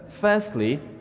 Firstly